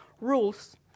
rules